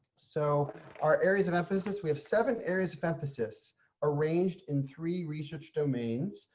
so our areas of emphasis, we have seven areas of emphasis arranged in three research domains.